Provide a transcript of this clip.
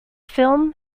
film